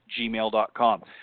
gmail.com